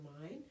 mind